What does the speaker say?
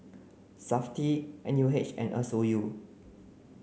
SAFTI N U H and a Sou